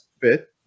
fit